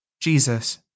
Jesus